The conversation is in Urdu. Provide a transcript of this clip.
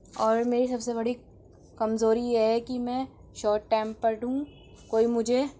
اور میری سب سے بڑی کمزوری یہ ہے کہ میں شورٹ ٹیمپرڈ ہوں کوئی مجھے